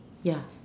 ya